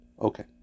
Okay